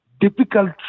difficult